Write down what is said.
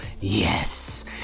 Yes